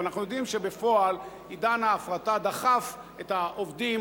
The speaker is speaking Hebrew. אבל אנחנו יודעים שבפועל עידן ההפרטה דחף את העובדים